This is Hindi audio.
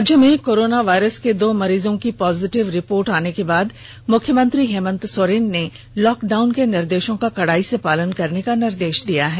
राज्य में कोरोना वायरस के दो मरीजों के पॉजिटिव रिर्पोट आने के बाद मुख्यमंत्री हेमंत सोरेन ने लॉकडाउन के निर्देषों को कड़ाई से पालन करने का निर्देष दिया है